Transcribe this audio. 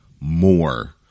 more